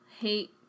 hate